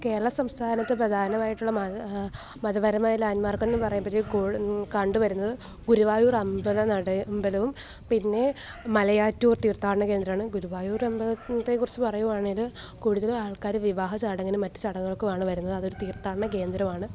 കേരള സംസ്ഥാനത്ത് പ്രധാനമായിട്ടുള്ള മത മതപരമായ ലാൻറ്റ്മാർക്ക് എന്ന് പറയുമ്പൊത്തേക്ക് കണ്ടുവരുന്നത് ഗുരുവായൂർ അമ്പല നടയും അമ്പലവും പിന്നെ മലയാറ്റൂർ തീർഥാടന കേന്ദ്രമാണ് ഗുരുവായൂർ അമ്പലത്തേക്കുറിച്ച് പറയുകയാണെങ്കിൽ കൂടുതലും ആൾക്കാർ വിവാഹച്ചടങ്ങിനും മറ്റ് ചടങ്ങുകൾക്കുമാണ് വരുന്നത് അതൊരു തീർഥാടന്ന കേന്ദ്രമാണ്